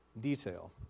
detail